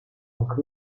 halkı